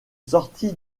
sortie